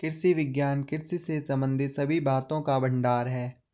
कृषि विज्ञान कृषि से संबंधित सभी बातों का भंडार है